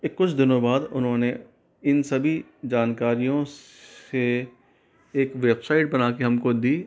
एक कुछ दिनों बाद उन्होंने इन सभी जानकारियों से एक वेबसाइट बनाके हमको दी